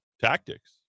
tactics